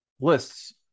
lists